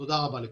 תודה רבה לכולם.